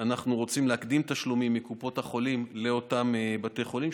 אנחנו רוצים להקדים תשלומים מקופות החולים לאותם בתי חולים,